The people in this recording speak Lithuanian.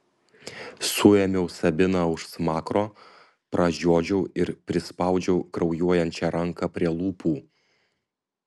suėmiau sabiną už smakro pražiodžiau ir prispaudžiau kraujuojančią ranką prie lūpų